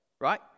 right